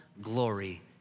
glory